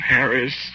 Harris